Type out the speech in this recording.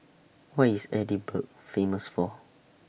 What IS Edinburgh Famous For